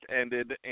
ended